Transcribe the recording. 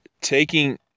taking